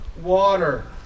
water